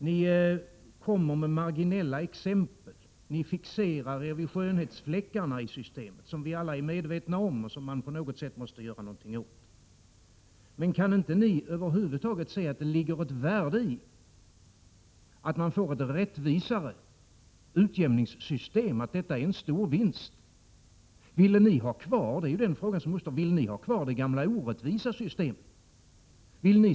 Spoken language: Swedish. Ni kommer med marginella exempel, ni fixerar er vid skönhetsfläckar i systemet, som vi alla är medvetna om och som man på något sätt måste göra någonting åt. Kan inte ni över huvud taget se att det ligger ett värde i att man får ett rättvisare utjämningssystem, att detta är en stor vinst? Vill ni ha kvar — det är ju den fråga som uppstår — det gamla orättvisa systemet?